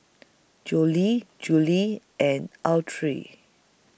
Jolie Julie and Autry